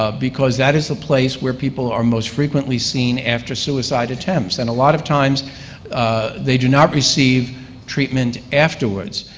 ah because that is the place where people are most frequently seen after suicide attempts. and a lot of times they do not receive treatment afterwards.